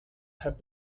have